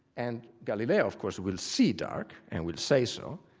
and galileo of course will see dark and will say so,